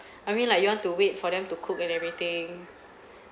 I mean like you want to wait for them to cook and everything